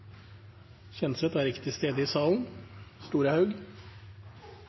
Kjenseth. – Han er ikke til stede i salen. Da er neste Tore Storehaug.